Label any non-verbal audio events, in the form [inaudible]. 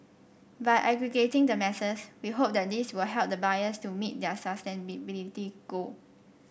by aggregating the masses we hope that this will help the buyers to meet their [unintelligible] goal